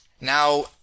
Now